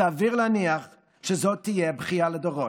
סביר להניח שזאת תהיה בכייה לדורות.